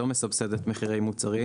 לא מסבסדת מחירי מוצרים.